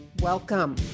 Welcome